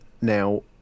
Now